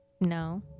No